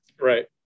Right